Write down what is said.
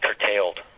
curtailed